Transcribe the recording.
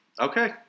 Okay